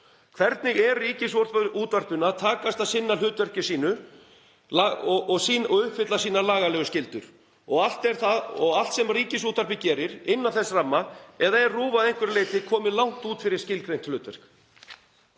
Hvernig er Ríkisútvarpinu að takast að sinna hlutverki sínu og uppfylla sínar lagalegu skyldur? Og er allt sem Ríkisútvarpið gerir innan þess ramma eða er RÚV að einhverju leyti komið langt út fyrir skilgreint hlutverk?